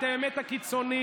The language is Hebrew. את האמת הקיצונית,